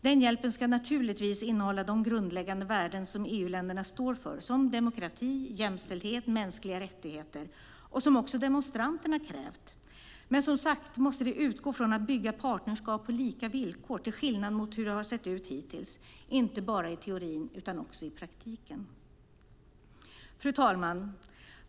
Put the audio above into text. Denna hjälp ska naturligtvis innehålla de grundläggande värden som EU-länderna står för, som demokrati, jämställdhet och mänskliga rättigheter. Detta har också demonstranterna krävt. Men som sagt måste det hela utgå från att bygga partnerskap på lika villkor, till skillnad mot hur det sett ut hittills, och inte bara i teorin utan också i praktiken. Fru talman!